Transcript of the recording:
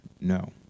No